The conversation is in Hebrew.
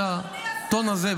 אז אני מחזיר את הקול הזה,